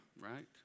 right